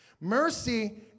Mercy